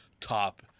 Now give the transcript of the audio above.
top